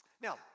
Now